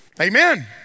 Amen